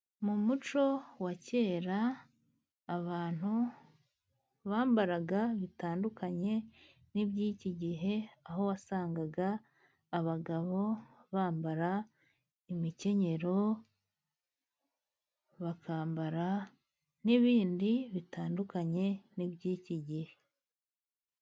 Mu muco wa kera abantu bambaraga bitandukanye n'iby'iki gihe aho wasangaga abagabo bambara imikenyero bakambara n'ibindi bitandukanye n'iby'iki gihe.